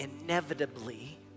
inevitably